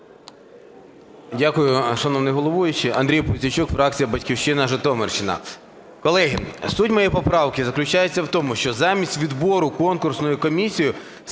Дякую, шановний головуючий. Андрій Пузійчук, фракція "Батьківщина", Житомирщина. Колеги, суть моєї поправки заключається в тому, що замість відбору Конкурсною комісією